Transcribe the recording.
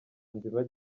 nzima